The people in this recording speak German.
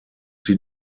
sie